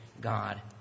God